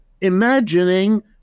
imagining